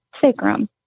sacrum